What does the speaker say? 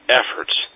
efforts